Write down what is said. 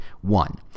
one